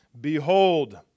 Behold